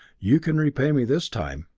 you can repay me this time,